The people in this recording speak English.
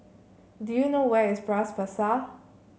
do you know where is Bras Basah